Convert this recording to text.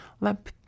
let